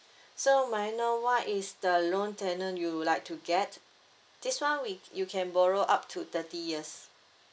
so may I know what is the loan tenure you would like to get this one we you can borrow up to thirty years